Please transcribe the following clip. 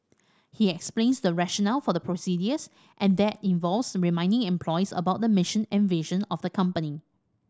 he explains the rationale for the procedures and that involves reminding employees about the mission and vision of the company